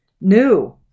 New